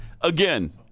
again